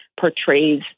portrays